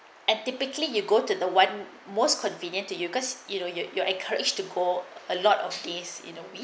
and typically you go to the one most convenient to you cause you know you're you're encouraged to go a lot of these in a week